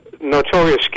notorious